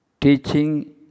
teaching